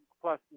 plus